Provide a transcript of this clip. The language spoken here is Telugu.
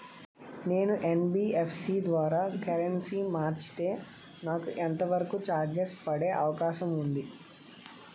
నేను యన్.బి.ఎఫ్.సి ద్వారా కరెన్సీ మార్చితే నాకు ఎంత వరకు చార్జెస్ పడే అవకాశం ఉంది?